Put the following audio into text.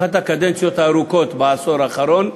אחת הקדנציות הארוכות בעשור האחרון,